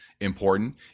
important